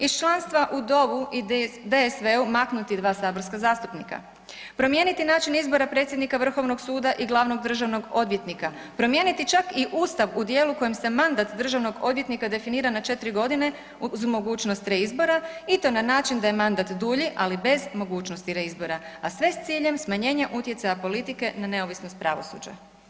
Iz članstva u DOV-u i DSV-u maknuti dva saborska zastupnika, promijeniti način izbora predsjednika Vrhovnog suda i glavnog državnog odvjetnika, promijeniti čak i Ustav u dijelu kojem se mandat državnog odvjetnika definira na četiri godine uz mogućnost reizbora i to na način da je mandat dulji, ali bez mogućnosti reizbora, a sve s ciljem smanjenja utjecaja politike na neovisnost pravosuđa.